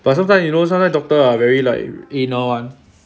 but sometimes you know sometimes doctor are very like anal [one]